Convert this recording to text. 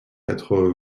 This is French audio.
quatre